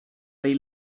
they